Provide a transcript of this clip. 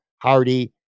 Hardy